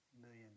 million